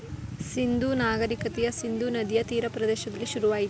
ಸಿಂಧೂ ನಾಗರಿಕತೆಯ ಸಿಂಧೂ ನದಿಯ ತೀರ ಪ್ರದೇಶದಲ್ಲಿ ಶುರುವಾಯಿತು